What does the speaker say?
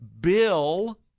bill